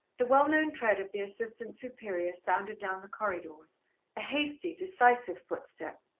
the well-known tread of the assistant superior sounded down the corridors a hasty, decisive footstep.